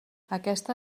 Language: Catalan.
aquesta